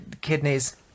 kidneys